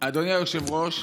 אדוני היושב-ראש,